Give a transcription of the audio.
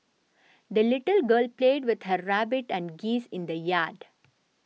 the little girl played with her rabbit and geese in the yard